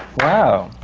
wow!